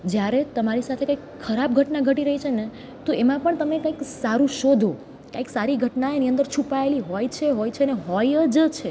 જ્યારે તમારી સાથે કંઈક ખરાબ ઘટના ઘટી રહી છે ને તો એમાં પણ તમે કંઈક સારું શોધો કંઈક સારી ઘટના એની અંદર છુપાયેલી હોય છે હોય છે અને હોય જ છે